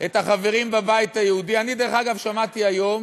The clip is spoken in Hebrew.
את החברים בבית היהודי, אני, דרך אגב, שמעתי היום